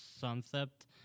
concept